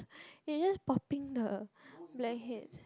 you are just popping the blackheads